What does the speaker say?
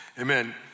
Amen